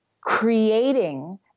creating